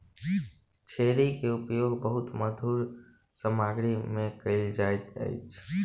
cherry के उपयोग बहुत मधुर सामग्री में कयल जाइत अछि